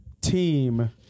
team